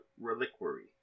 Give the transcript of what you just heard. reliquary